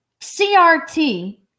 crt